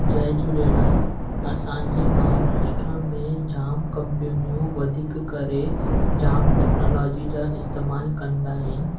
जय झूलेलाल असांजे महाराष्ट्र में जाम कंपनियूं वधीक करे जाम टेक्नोलॉजी जा इस्तेमालु कंदा आहिनि